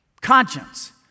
conscience